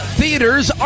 theaters